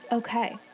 Okay